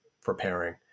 preparing